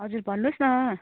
हजुर भन्नु होस् न